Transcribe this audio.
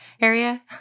area